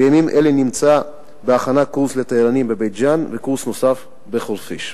בימים אלה נמצא בהכנה קורס לתיירנים בבית-ג'ן וקורס נוסף בחורפיש.